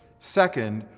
second,